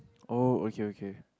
oh okay okay